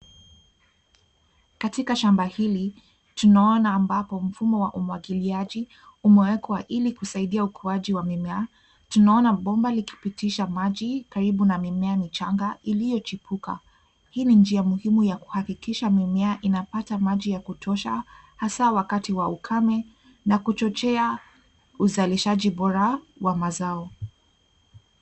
Katika shamba hili tunaona ambapo mfumo wa umwagiliaji umewekwa ili kusaidia ukuaji wa mimea. Tunaona bomba likipitisha maji karibu na mimea michanga iliyochipuka. Hii ni njia muhimu ya kuhakikisha mimea inapata maji ya kutosha hasa wakati wa ukame na kuchochea uzalishaji bora wa mazao.